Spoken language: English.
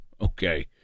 okay